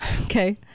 okay